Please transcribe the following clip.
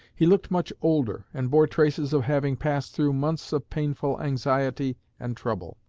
he looked much older, and bore traces of having passed through months of painful anxiety and trouble.